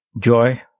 Joy